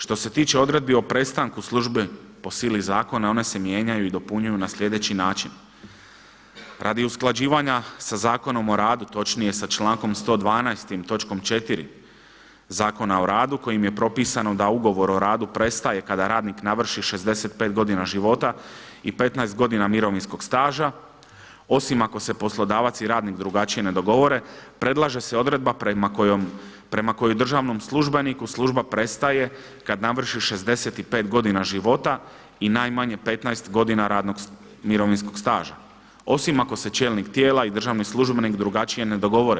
Što se tiče odredbi o prestanku službe po sili zakona one se mijenjaju i nadopunjuju na sljedeći način, radi usklađivanja sa zakonom o radu, točnije sa člankom 112. točkom 4. Zakona o radu kojim je propisano da ugovor o radu prestaje kada radnik navrši 65 godina života i 15 godina mirovinskog staža, osim ako se poslodavac i radnik drugačije dogovore, predlaže se odredba prema kojem državnom službeniku služba prestaje kada navrši 65 godina života i najmanje 15 godina mirovinskog staža, osim ako se čelnik tijela i državni službenik drugačije ne dogovore.